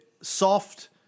soft